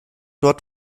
dort